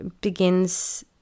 begins